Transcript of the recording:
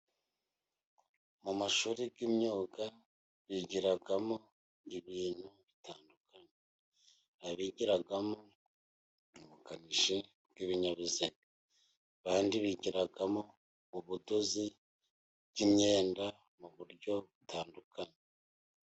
Mu mashuri y'imyuga bigiramo ibintu bitandukanye, hari abigiramo ubukanishi bw'ibinyabuzima, abandi bigiramo ubudozi bw'imyenda mu buryo butandukanye.